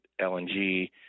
LNG